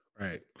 right